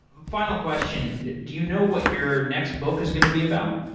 final question do you know what your next book is going to be about?